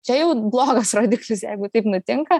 čia jau blogas rodiklis jeigu taip nutinka